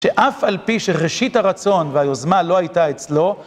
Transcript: שאף על פי שראשית הרצון והיוזמה לא הייתה אצלו